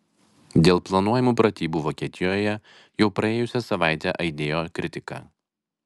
dėl planuojamų pratybų vokietijoje jau praėjusią savaitę aidėjo kritika